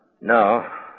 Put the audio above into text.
No